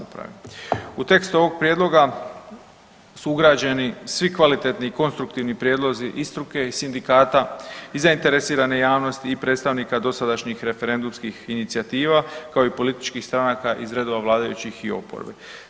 U tekst ovog prijedloga su ugrađeni svi kvalitetni i konstruktivni prijedlozi i struke i sindikata i zainteresirane javnosti i predstavnika dosadašnjih referendumskih inicijativa, kao i političkih stranaka iz redova vladajućih i oporbe.